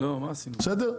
בסדר?